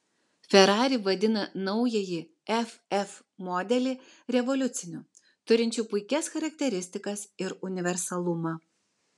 ferrari vadina naująjį ff modelį revoliuciniu turinčiu puikias charakteristikas ir universalumą